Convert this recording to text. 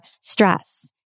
stress